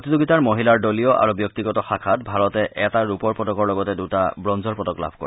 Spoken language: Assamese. প্ৰতিযোগিতাৰ মহিলাৰ দলীয় আৰু ব্যক্তিগত শাখাত ভাৰতে এটা ৰূপৰ পদকৰ লগতে দুটা ব্ৰঞ্জৰ পদক লাভ কৰে